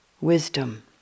wisdom